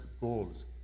goals